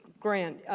grant,